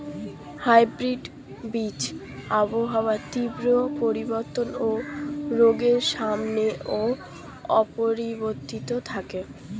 hybrid বীজ আবহাওয়ার তীব্র পরিবর্তন ও রোগের সামনেও অপরিবর্তিত থাকে